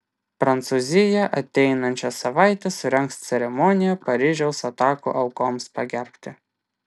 prancūzija ateinančią savaitę surengs ceremoniją paryžiaus atakų aukoms pagerbti